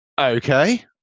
okay